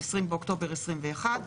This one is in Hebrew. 20 באוקטובר 2021,